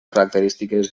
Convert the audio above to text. característiques